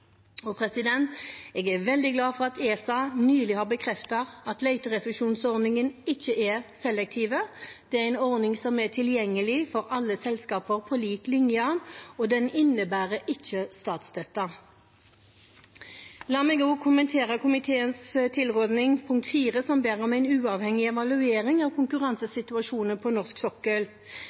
Jeg er veldig glad for at ESA nylig har bekreftet at leterefusjonsordningen ikke er selektiv. Det er en ordning som er tilgjengelig for alle selskaper, på lik linje, og den innebærer ikke statsstøtte. La meg også kommentere punkt IV i komiteens tilråding, som ber om en uavhengig evaluering av konkurransesituasjonen på norsk sokkel.